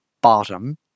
bottom